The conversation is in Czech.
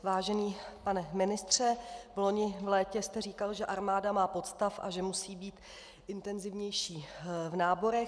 Vážený pane ministře, vloni v létě jste říkal, že armáda má podstav a že musí být intenzivnější v náborech.